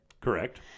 Correct